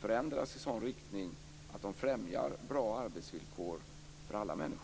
förändras i en sådan riktning att de främjar bra arbetsvillkor för alla människor.